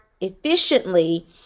efficiently